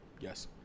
Yes